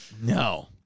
No